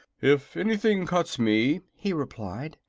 if anything cuts me, he replied,